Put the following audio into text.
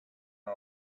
are